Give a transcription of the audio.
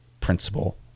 principle